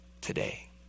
today